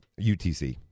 UTC